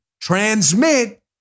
Transmit